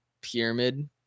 pyramid